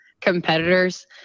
competitors